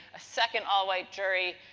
a second all white jury